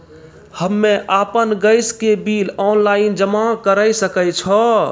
हम्मे आपन गैस के बिल ऑनलाइन जमा करै सकै छौ?